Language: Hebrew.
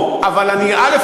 בזה היה צריך לפתוח.